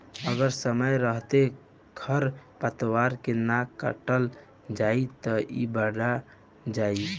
अगर समय रहते खर पातवार के ना काटल जाइ त इ बढ़ जाइ